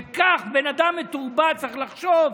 וכך בן אדם מתורבת צריך לחשוב,